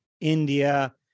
India